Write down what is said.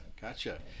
gotcha